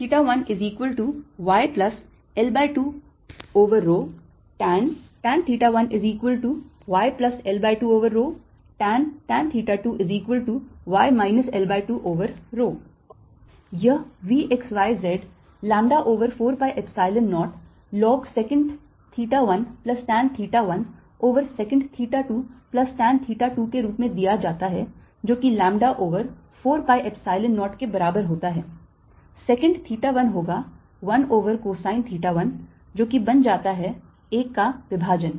L→∞ 1yL2tan 1yL2tan 2y L2 यह V x y z lambda over 4 pi Epsilon 0 log secant theta 1 plus tan theta 1 over secant theta 2 plus tan theta 2 के रूप में देता है जो कि lambda over 4 pi Epsilon 0 के बराबर होता है secant theta 1 होगा 1 over cosine theta 1 जो कि बन जाता है 1 का विभाजन